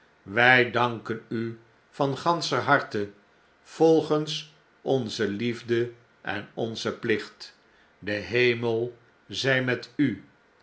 wg danken u van ganscher harte volgens onze liefde en onzen plicht de hemel zy met u